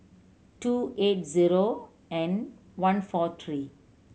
two eight zero and one four three